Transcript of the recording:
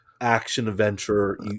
action-adventure